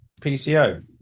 pco